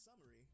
summary